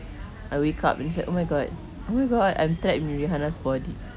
I wake up and then it's like oh my god oh my god I'm trapped in rihanna's body